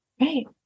right